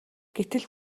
гэтэл